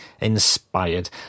inspired